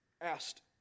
asked